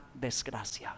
desgracia